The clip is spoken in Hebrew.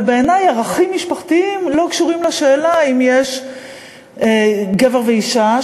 אבל בעיני ערכים משפחתיים לא קשורים לשאלה אם יש גבר ואישה,